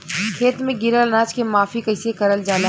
खेत में गिरल अनाज के माफ़ी कईसे करल जाला?